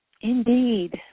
Indeed